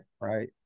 right